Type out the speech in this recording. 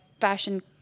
fashion